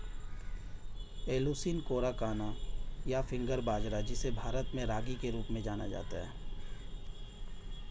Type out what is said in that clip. Eleusine coracana, या finger बाजरा, जिसे भारत में रागी के रूप में जाना जाता है